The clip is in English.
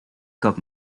cup